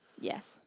Yes